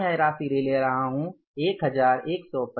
मैं यह राशि ले रहा हूं 1125